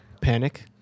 Panic